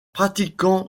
pratiquant